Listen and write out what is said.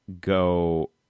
go